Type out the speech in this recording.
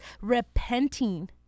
repenting